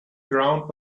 ground